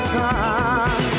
time